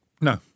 No